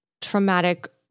traumatic